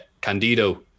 Candido